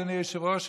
אדוני היושב-ראש,